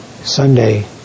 Sunday